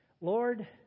Lord